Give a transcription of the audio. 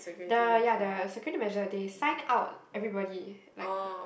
the ya the security measure they sign out everybody like